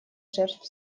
жертв